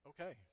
okay